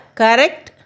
correct